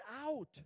out